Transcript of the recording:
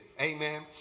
Amen